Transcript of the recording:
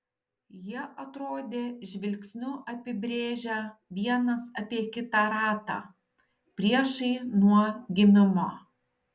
jie atrodė žvilgsniu apibrėžią vienas apie kitą ratą priešai nuo gimimo